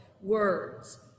words